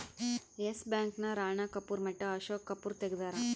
S Bank ನ ರಾಣ ಕಪೂರ್ ಮಟ್ಟ ಅಶೋಕ್ ಕಪೂರ್ ತೆಗ್ದಾರ